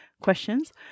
questions